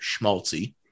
schmaltzy